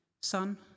Son